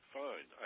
fine